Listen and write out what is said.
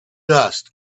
dust